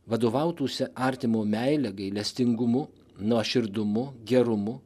vadovautųsi artimo meile gailestingumu nuoširdumu gerumu